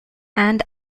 and